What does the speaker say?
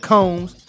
Combs